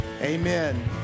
amen